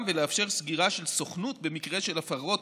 ולאפשר סגירה של סוכנות במקרה של הפרות